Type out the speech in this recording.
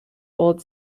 old